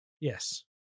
yes